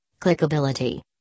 clickability